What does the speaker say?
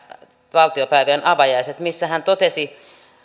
valtiopäivien avajaiset missä hän totesi